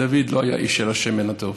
דוד לא היה איש של השמן הטוב.